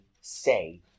say